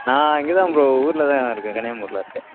நான் இங்கே தான் ப்ரோ ஊரில் தான் இருக்கேன் கனியாமூரில் இருக்கேன்